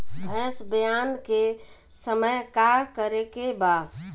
भैंस ब्यान के समय का करेके बा?